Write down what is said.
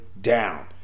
down